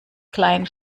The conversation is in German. klein